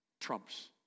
trumps